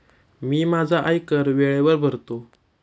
मी माझा आयकर वेळेवर भरतो